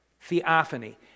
Theophany